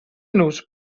nos